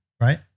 Right